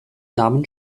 namen